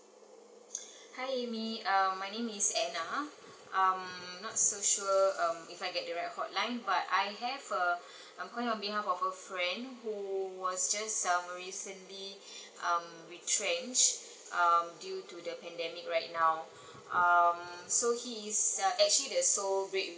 hi amy um my name is anna um I'm not so sure um if I get the right hotline but I have uh I'm gonna on behalf of a friend who was just um recently um retrenched um due to the pandemic right now um so he is uh actually the sole bread